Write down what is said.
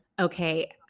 okay